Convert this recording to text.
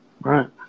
Right